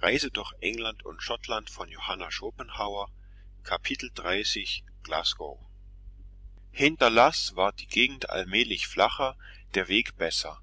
glasgow hinter luss ward die gegend allmählich flacher der weg besser